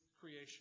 creation